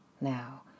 Now